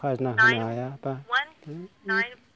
खाजोना होनो हाया बा